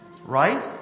Right